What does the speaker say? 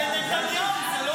לנתניהו זה לא כאב.